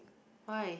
why